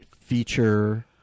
feature